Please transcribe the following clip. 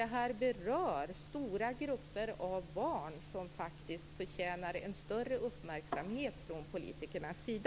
Det berör stora grupper av barn som faktiskt förtjänar en större uppmärksamhet från politikernas sida.